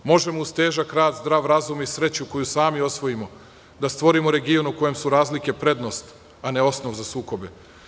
Možemo uz težak rad, zdrav razum i sreću koju sami osvojimo, da stvorimo region u kojem su razlike prednost, a ne osnov za sukobe.